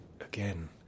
again